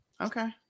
Okay